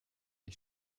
ich